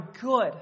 good